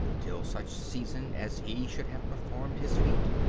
till such season as he should have performed his feat.